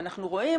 ואנחנו רואים,